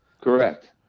Correct